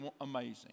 amazing